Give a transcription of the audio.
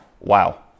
Wow